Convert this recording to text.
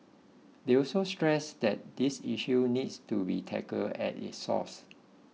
they also stressed that this issue needs to be tackled at its source